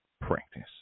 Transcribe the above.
practice